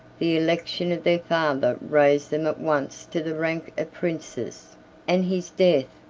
the election of their father raised them at once to the rank of princes and his death,